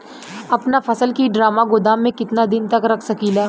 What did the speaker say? अपना फसल की ड्रामा गोदाम में कितना दिन तक रख सकीला?